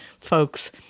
folks